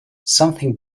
something